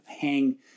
hang